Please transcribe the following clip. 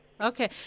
Okay